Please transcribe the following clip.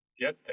get